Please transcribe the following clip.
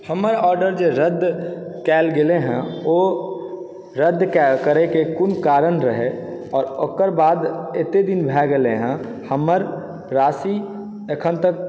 हमर आर्डर जे रद्द कयल गेलय हँ ओ रद्द करयके कोन कारण रहय आओर ओकर बाद एतय दिन भए गेलय हँ हमर राशि अखन तक